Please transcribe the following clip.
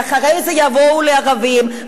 ואחרי זה יבואו לערבים,